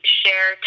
share